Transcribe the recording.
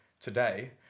today